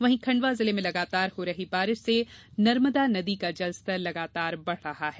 वहीं खंडवा जिले में लगातार हो रही बारिश से नर्मदा नदी का जलस्तर लगातार बड़ रहा है